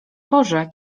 porze